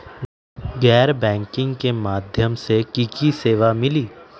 गैर बैंकिंग के माध्यम से की की सेवा मिली?